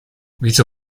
wieso